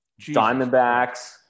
Diamondbacks